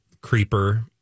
Creeper